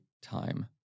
time